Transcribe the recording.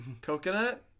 Coconut